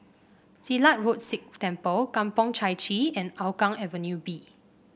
Silat Road Sikh Temple Kampong Chai Chee and Hougang Avenue B